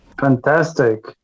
fantastic